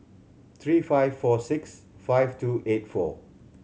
three five four six five two eight four